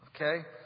Okay